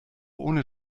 ohne